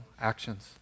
actions